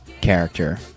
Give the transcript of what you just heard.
character